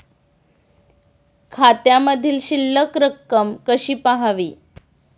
खात्यामधील शिल्लक रक्कम कशी पहावी?